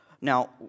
Now